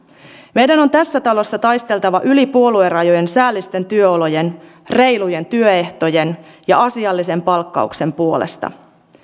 meidän on tässä talossa taisteltava yli puoluerajojen säällisten työolojen reilujen työehtojen ja asiallisen palkkauksen puolesta